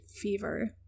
fever